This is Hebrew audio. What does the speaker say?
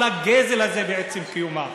כל הגזל הזה בעצם קיומה,